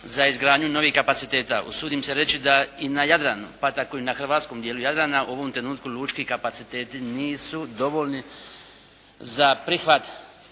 za izgradnju novih kapaciteta. Usudim se reći da i na Jadranu, pa tako i na hrvatskom dijelu Jadrana, u ovom trenutku lučki kapaciteti nisu dovoljni za prihvat